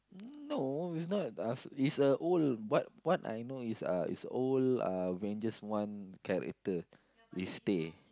no it's not uh it's a old what what I know is uh it's old uh Avengers one character is stay